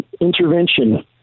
intervention